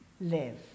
live